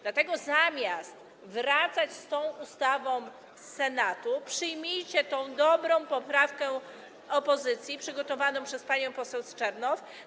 Dlatego zamiast wracać z tą ustawą z Senatu, przyjmijcie tę dobrą poprawkę opozycji przygotowaną przez panią poseł Czernow.